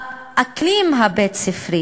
באקלים הבית-ספרי